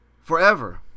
forever